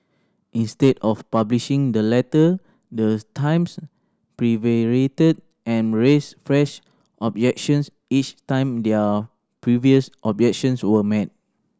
instead of publishing the letter the Times prevaricated and raised fresh objections each time their previous objections were met